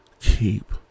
keep